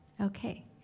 Okay